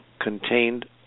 contained